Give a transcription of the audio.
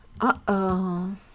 Uh-oh